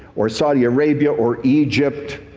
or saudi arabia, or egypt,